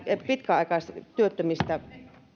pitkäaikaistyöttömistä